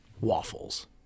waffles